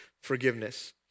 forgiveness